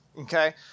Okay